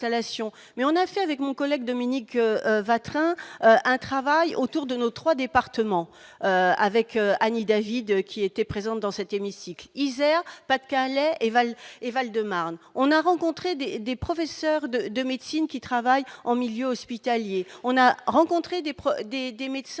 mais on a fait avec mon collègue Dominique Vatrin travail autour de nos 3 départements avec Annie David, qui était présente dans cet hémicycle, Isère, Pas-de-Calais et Val-de-Marne on a rencontré des des professeurs de de médecine qui travaille en milieu hospitalier, on a rencontré des proches